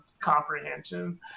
comprehension